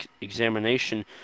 examination